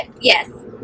Yes